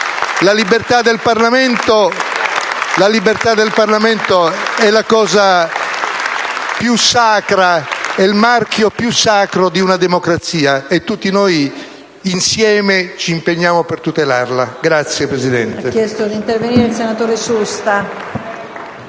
La libertà del Parlamento è infatti la cosa più sacra, il marchio più sacro di una democrazia, e tutti noi, insieme, ci impegniamo per tutelarla. *(Applausi